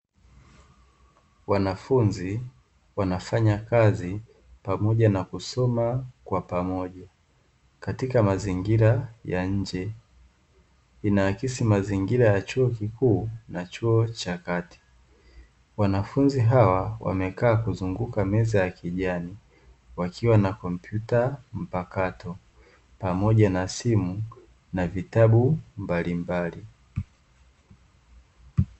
Wanafunzi wanafanya kazi pamoja na kusoma kwa pamoja katika mazingira ya nje, inaakisi mazingira ya chuo kikuu na chuo cha kati. Wanafunzi hawa wamekaa kuzunguka meza ya kijani wakiwa na kompyuta mpakato pamoja na simu na vitabu mbalimbali.